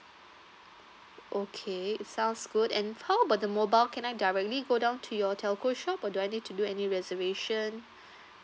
okay sounds good and how about the mobile can I directly go down to your telco shop or do I need to do any reservation